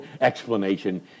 explanation